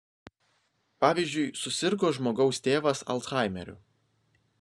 pavyzdžiui susirgo žmogaus tėvas alzhaimeriu